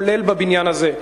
כולל בבניין הזה.